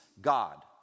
God